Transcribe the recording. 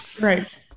Right